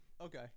Okay